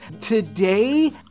today